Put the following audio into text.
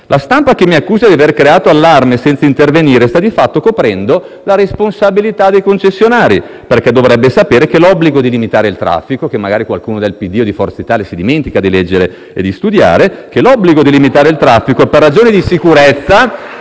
La stampa che mi accusa di aver creato allarme senza intervenire sta di fatto coprendo la responsabilità dei concessionari, perché dovrebbe sapere che l'obbligo di limitare il traffico - che magari qualcuno del PD o di Forza Italia dimentica di leggere e di studiare - per ragioni di sicurezza